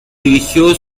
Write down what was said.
dirigió